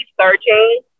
searching